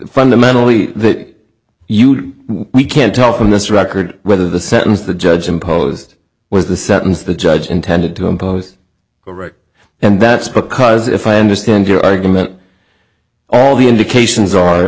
fundamentally that you we can't tell from this record whether the sentence the judge imposed was the sentence the judge intended to impose a right and that's because if i understand your argument all the indications are